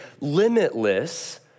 limitless